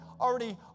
already